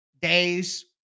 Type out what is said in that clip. Days